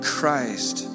Christ